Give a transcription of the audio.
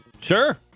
Sure